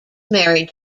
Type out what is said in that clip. married